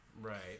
Right